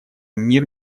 мир